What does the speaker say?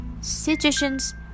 Situations